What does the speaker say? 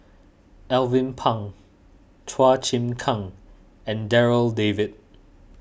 Alvin Pang Chua Chim Kang and Darryl David